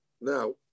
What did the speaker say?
Now